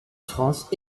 france